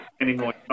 anymore